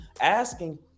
asking